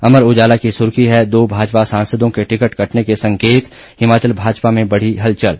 अमर उजाला की सुर्खी है दो भाजपा सांसदों के टिकट कटने के संकेत हिमाचल भाजपा में बढ़ी हलचल